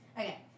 Okay